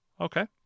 Okay